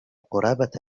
قرابة